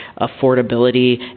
affordability